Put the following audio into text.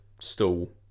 stall